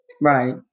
Right